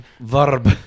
Verb